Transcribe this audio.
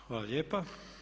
Hvala lijepa.